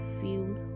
feel